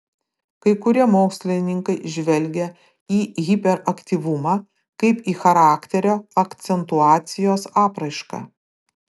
kai kurie mokslininkai žvelgia į hiperaktyvumą kaip į charakterio akcentuacijos apraišką